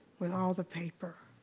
with all the paper.